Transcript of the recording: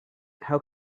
how